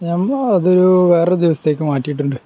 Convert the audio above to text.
ഞം അത് വേറൊരു ദിവസത്തേക്ക് മാറ്റിയിട്ടുണ്ട്